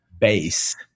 base